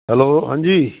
hello ਹਾਂਜੀ